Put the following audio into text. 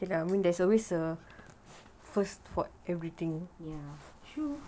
yes true